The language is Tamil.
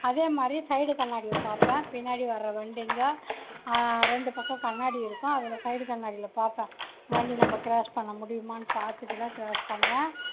அதேமாதிரி சைடு கண்ணாடியைப் பார்ப்பேன் பின்னாடி வர்ற வண்டிங்க ரெண்டு பக்கம் கண்ணாடி இருக்கும் அதில் சைடு கண்ணாடியில் பாப்பேன் வண்டி நம்ம க்ராஸ் பண்ண முடியுமா பார்த்துட்டுதான் க்ராஸ் பண்ணுவேன்